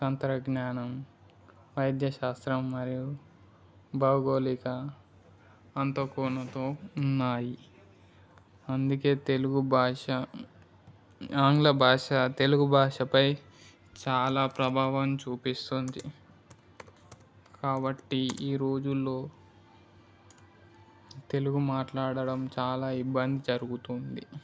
తంత్ర జ్ఞానం వైద్యశాస్త్రం మరియు భౌగోళిక అంతోకోనుతో ఉన్నాయి అందుకే తెలుగు భాష ఆంగ్ల భాష తెలుగు భాషపై చాలా ప్రభావం చూపిస్తుంది కాబట్టి ఈరోజుల్లో తెలుగు మాట్లాడటం చాలా ఇబ్బంది జరుగుతుంది